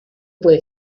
puede